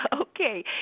Okay